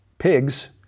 pigs